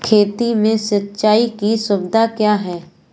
खेती में सिंचाई की सुविधा क्या है?